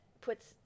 puts